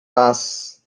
paz